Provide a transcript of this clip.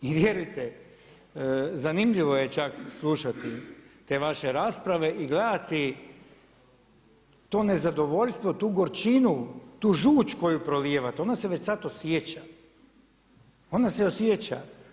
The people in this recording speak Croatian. I vjerujte, zanimljivo je čak slušati te vaše rasprave i gledati to nezadovoljstvo, tu gorčinu, tu žuč koju prolijevate, ona se sad osjeća, ona se osjeća.